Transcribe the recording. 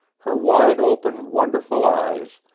her wide-open, wonderful eyes,